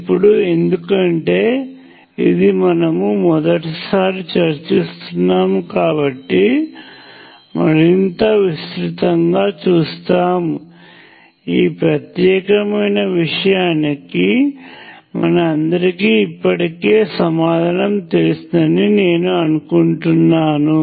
ఇప్పుడు ఎందుకంటే ఇది మనము మొదటిసారి చర్చిస్తున్నాము కాబట్టి మరింత విస్తృతంగా చూస్తాము ఈ ప్రత్యేకమైన విషయానికి మన అందరికీ ఇప్పటికే సమాధానం తెలుసునని నేను అనుకుంటున్నాను